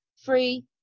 free